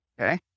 okay